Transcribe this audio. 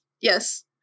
Yes